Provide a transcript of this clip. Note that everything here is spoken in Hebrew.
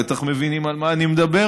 בטח מבינים על מה אני מדבר,